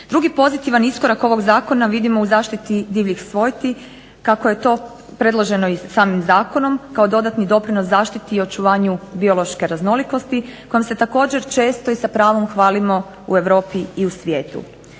Drugi pozitivan iskorak ovog zakona vidimo u zaštiti divljih sorti kako je to predloženo i samim zakonom kao dodatni doprinos zaštiti i očuvanju biološke raznolikosti kojom se također često i sa pravom hvalimo u Europi i u svijetu.